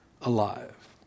alive